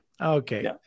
Okay